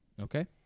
Okay